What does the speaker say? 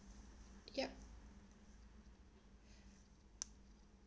yup